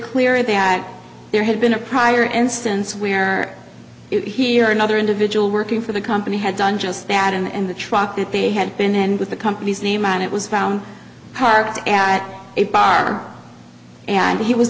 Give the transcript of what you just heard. clear that there had been a prior instance where it here another individual working for the company had done just that and the truck that they had been and with the company's name on it was found parked at a bar and he was